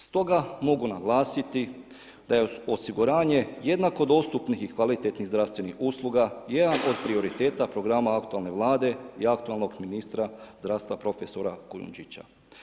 Stoga mogu naglasiti, da je osiguranje jednako dostupnih i kvalitetnih zdravstvenih usluga jedan od prioriteta programa aktualne vlade i aktualnog ministra zdravstva profesora Kujundžića.